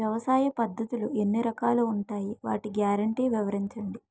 వ్యవసాయ పద్ధతులు ఎన్ని రకాలు ఉంటాయి? వాటి గ్యారంటీ వివరించండి?